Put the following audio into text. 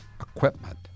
equipment